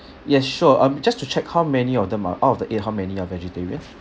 yes sure um just to check how many of them are out of the eight how many are vegetarian